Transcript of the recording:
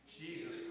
Jesus